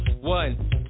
One